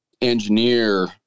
engineer